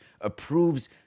approves